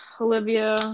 olivia